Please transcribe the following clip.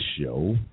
show